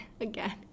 again